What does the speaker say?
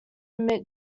omit